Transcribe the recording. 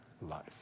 life